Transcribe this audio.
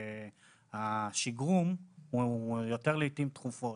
ה --- הוא יותר לעתים דחופות.